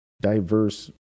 diverse